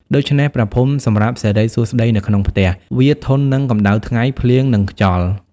ដូច្នេះ ព្រះភូមិសម្រាប់សិរីសួស្តីនៅក្នុងផ្ទះ វាធន់នឹងកម្ដៅថ្ងៃ ភ្លៀង និងខ្យល់។